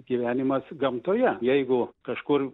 gyvenimas gamtoje jeigu kažkur